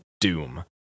doom